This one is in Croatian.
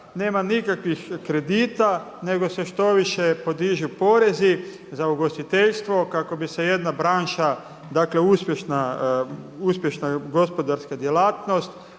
nema nikakvih kredita nego se štoviše podižu porezi za ugostiteljstvo kako bi se jedna branša uspješna gospodarska djelatnost